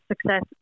success